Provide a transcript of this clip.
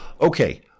okay